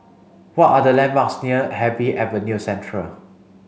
what are the landmarks near Happy Avenue Central